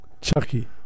Chucky